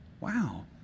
Wow